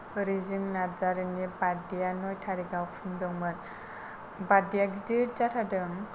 अरिजित नार्जारिनि बार्टडेया नय थारिखाव खुंदोंमोन बार्टडेया गिदिर जाथारदों